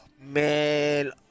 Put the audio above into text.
man